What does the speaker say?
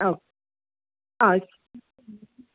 ഓ ആ